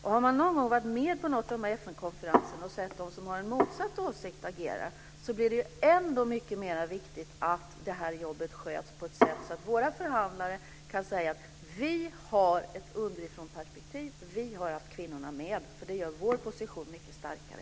Har man någon gång varit med på någon av FN konferenserna och sett dem som har en motsatt åsikt agera, finner man det ännu mycket viktigare att det här jobbet sköts på ett sådant sätt att våra förhandlare kan säga att vi har ett underifrånperspektiv och vi har haft kvinnorna med oss. Det gör vår position mycket starkare.